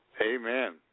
Amen